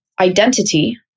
identity